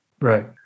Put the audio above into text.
Right